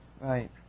Right